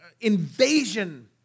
invasion